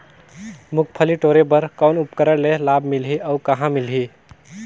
मुंगफली टोरे बर कौन उपकरण ले लाभ मिलही अउ कहाँ मिलही?